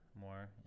more